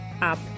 up